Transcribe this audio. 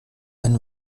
einen